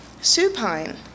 supine